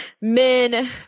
men